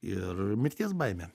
ir mirties baimė